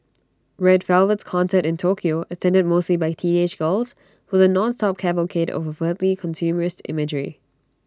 red Velvet's concert in Tokyo attended mostly by teenage girls was A nonstop cavalcade of overtly consumerist imagery